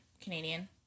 Canadian